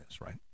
right